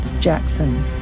Jackson